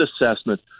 assessment